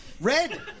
Red